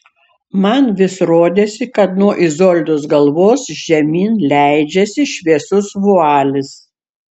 man vis rodėsi kad nuo izoldos galvos žemyn leidžiasi šviesus vualis